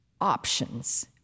options